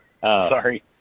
Sorry